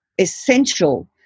essential